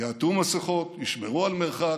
יעטו מסכות, ישמרו על מרחק,